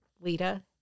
Lita